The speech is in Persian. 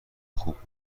خوب